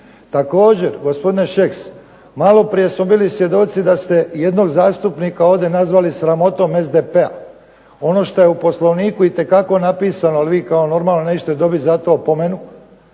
Također gospodine Šeks, malo prije smo bili svjedoci da ste jednog zastupnika ovdje nazvali sramotom SDP-a. ono što je u Poslovniku itekako napisano, a vi kao normalno nećete dobiti zato opomenu,